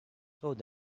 thought